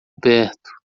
perto